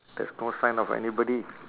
there's no sign of anybody